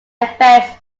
effects